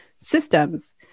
systems